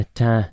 ta